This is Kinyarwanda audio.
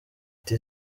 uti